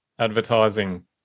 Advertising